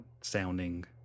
sounding